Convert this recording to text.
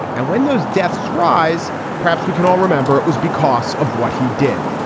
and when those deaths rise, perhaps we can all remember it was because of what he did,